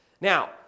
Now